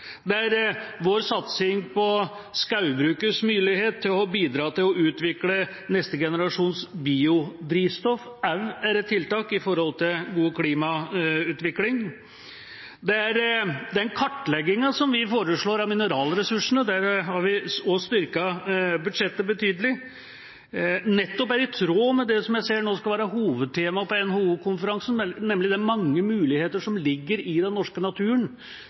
der vår satsing på skogbrukets mulighet til å bidra til å utvikle neste generasjons biodrivstoff også er et tiltak når det gjelder god klimautvikling, og der den kartleggingen av mineralressursene som vi foreslår – der har vi også styrket budsjettet betydelig – nettopp er i tråd med det som jeg nå ser skal være hovedtemaet på NHO-konferansen, nemlig de mange mulighetene som ligger i den norske naturen,